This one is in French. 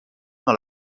dans